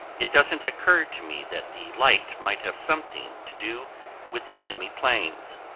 it doesn't occur to me that the light might have something to do with enemy planes.